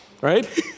right